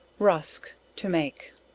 rusk to make.